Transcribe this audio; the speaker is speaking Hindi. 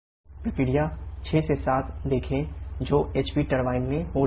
प्रक्रिया 6 7 देखें जो HP टरबाइन में हो रही है